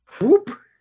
whoop